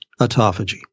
autophagy